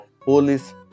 police